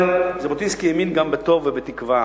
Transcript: הוא אומר: ז'בוטינסקי האמין גם בטוב ובתקווה.